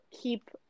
keep